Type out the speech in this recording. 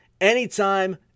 anytime